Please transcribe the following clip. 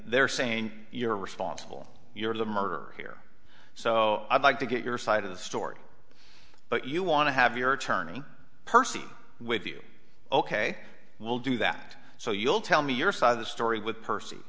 they're saying you're responsible you're the murderer here so i'd like to get your side of the story but you want to have your attorney percy with you ok we'll do that so you'll tell me your side of the story with p